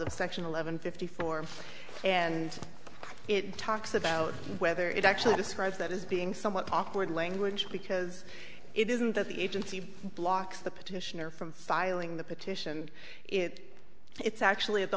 section eleven fifty four and it talks about whether it actually describes that is being somewhat awkward language because it isn't that the agency blocks the petitioner from filing the petition it it's actually at the